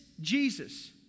Jesus